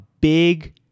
big